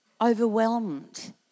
overwhelmed